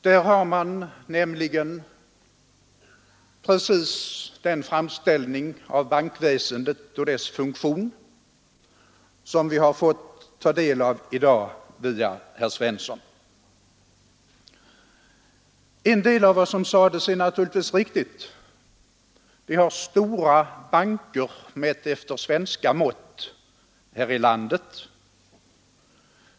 Där finner man nämligen precis den framställning av bankväsendet och dess funktion som vi har fått ta del av i dag via herr Svensson. En del av vad som sades är naturligtvis riktigt. Vi har stora banker här i landet, mätt efter svenska företagsmått.